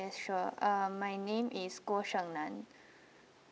yes sure ah my name is guo sheng nan